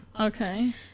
Okay